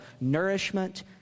nourishment